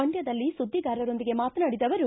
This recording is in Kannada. ಮಂಡ್ಕದಲ್ಲಿ ಸುದ್ದಿಗಾರರೊಂದಿಗೆ ಮಾತನಾಡಿದ ಅವರು